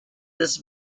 this